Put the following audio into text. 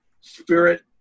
spirit